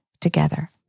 together